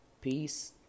Peace